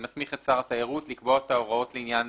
את שר התיירות לקבוע את ההוראות לעניין